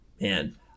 Man